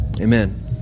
amen